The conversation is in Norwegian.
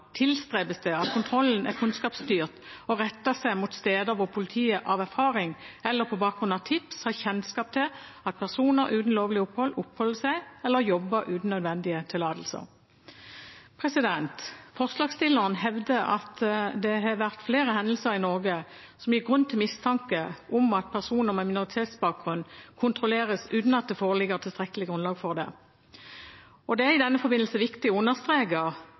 tilstrebes det at kontrollen er kunnskapsstyrt og retter seg mot steder hvor politiet av erfaring eller på bakgrunn av tips har kjennskap til at personer uten lovlig opphold oppholder seg eller jobber uten nødvendige tillatelser. Forslagsstillerne hevder at det har vært flere hendelser i Norge som gir grunn til mistanke om at personer med minoritetsbakgrunn kontrolleres uten at det foreligger tilstrekkelig grunnlag for det. Det er i denne forbindelse viktig å understreke